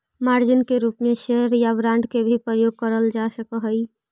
margin के रूप में शेयर या बांड के भी प्रयोग करल जा सकऽ हई